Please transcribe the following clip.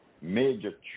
major